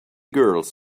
girls